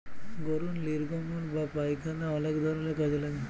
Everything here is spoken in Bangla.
গরুর লির্গমল বা পায়খালা অলেক ধরলের কাজে লাগে